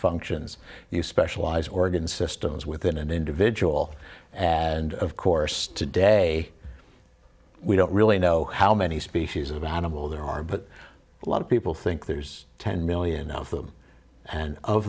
functions you specialized organ systems within an individual and of course today we don't really know how many species of animal there are but a lot of people think there's ten million of them and